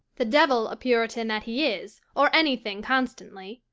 the devil a puritan that he is, or any thing constantly,